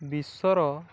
ବିଶ୍ୱର